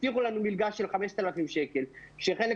הבטיחו לנו מלגה של 5,000 שקלים שחלק